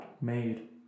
made